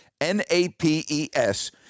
N-A-P-E-S